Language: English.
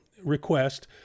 request